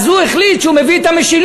אז הוא החליט שהוא מביא את המשילות.